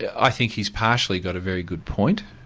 yeah i think he's partially got a very good point,